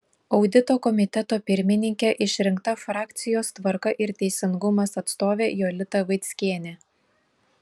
audito komiteto pirmininke išrinkta frakcijos tvarka ir teisingumas atstovė jolita vaickienė